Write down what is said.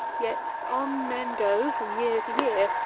yet, on men go, from year to year,